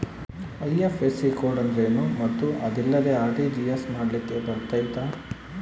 IFSC code ಅಂದ್ರೇನು ಮತ್ತು ಅದಿಲ್ಲದೆ ಆರ್.ಟಿ.ಜಿ.ಎಸ್ ಮಾಡ್ಲಿಕ್ಕೆ ಬರ್ತೈತಾ?